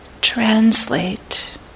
translate